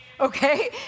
okay